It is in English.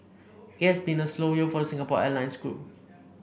it has been a slow year for the Singapore Airlines group